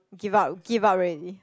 give up give up already